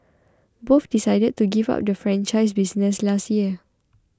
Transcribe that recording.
both decided to give up the franchise business last year